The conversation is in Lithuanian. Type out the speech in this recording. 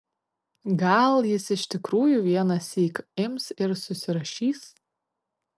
gal jis iš tikrųjų vienąsyk ims ir susirašys